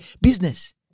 business